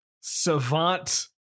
savant